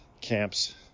camps